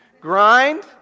Grind